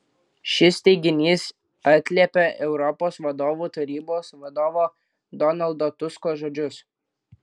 šis teiginys atliepia europos vadovų tarybos vadovo donaldo tusko žodžius